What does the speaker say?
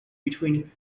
between